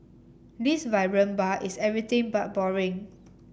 this vibrant bar is everything but boring